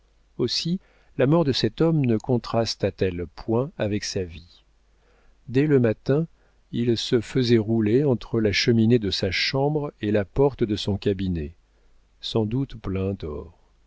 aussi la mort de cet homme ne contrasta t elle point avec sa vie dès le matin il se faisait rouler entre la cheminée de sa chambre et la porte de son cabinet sans doute plein d'or